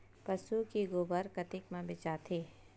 पशु के गोबर कतेक म बेचाथे?